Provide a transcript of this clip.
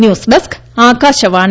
news desk Akashvani